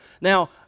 Now